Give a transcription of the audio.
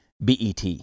BET